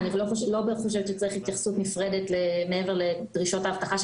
אני מסכימה לחלוטין שאתם צריכים להיות מעורבים בנושא האבטחה.